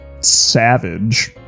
savage